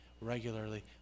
Regularly